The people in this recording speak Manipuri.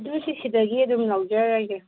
ꯑꯗꯨꯁꯤ ꯁꯤꯗꯒꯤ ꯑꯗꯨꯝ ꯂꯧꯖꯔꯒꯦ